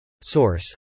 Source